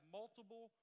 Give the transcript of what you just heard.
multiple